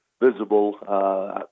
visible